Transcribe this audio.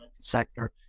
sector